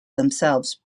themselves